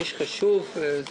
איש חשוב,